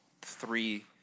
three